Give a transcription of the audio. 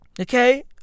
Okay